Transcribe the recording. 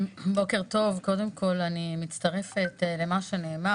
בוקר טוב, קודם כל אני מצטרפת למה שנאמר.